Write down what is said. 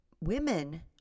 women